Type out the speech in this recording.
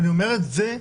ואני אומר את זה,